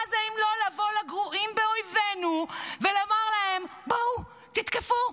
מה זה אם לא לבוא לגרועים באויבינו ולומר להם: בואו תתקפו,